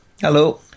Hello